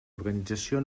organització